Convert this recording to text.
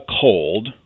cold